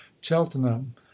cheltenham